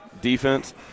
defense